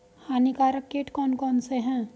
हानिकारक कीट कौन कौन से हैं?